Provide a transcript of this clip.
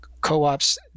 co-ops